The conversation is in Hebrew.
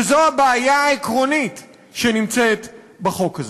וזו הבעיה העקרונית שנמצאת בחוק הזה.